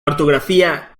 ortografía